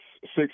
six